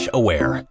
aware